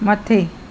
मथे